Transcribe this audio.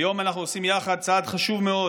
היום אנחנו עושים יחד צעד חשוב מאוד